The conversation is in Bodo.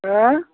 हो